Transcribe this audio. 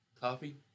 Coffee